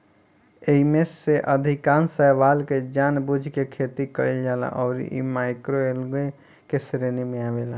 एईमे से अधिकांश शैवाल के जानबूझ के खेती कईल जाला अउरी इ माइक्रोएल्गे के श्रेणी में आवेला